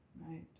Right